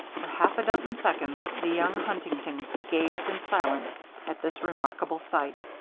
for half a dozen seconds the young huntingtons gazed in silence at this remarkable sight.